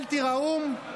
אל תִיראֻם".